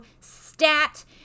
stat